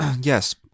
Yes